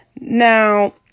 Now